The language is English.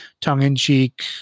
tongue-in-cheek